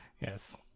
Yes